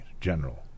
general